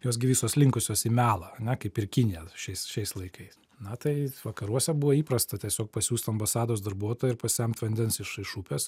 jos gi visos linkusios į melą ar ne kaip ir kinija šiais šiais laikais na taip vakaruose buvo įprasta tiesiog pasiųst ambasados darbuotoją ir pasemti vandens iš upės